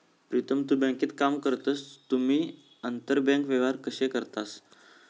प्रीतम तु बँकेत काम करतस तुम्ही आंतरबँक व्यवहार कशे करतास?